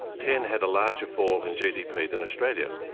ten had a larger fall in gdp than australia.